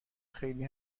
خیلی